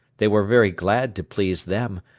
they were very glad to please them,